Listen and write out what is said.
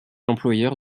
employeur